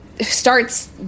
starts